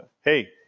Hey